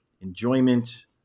enjoyment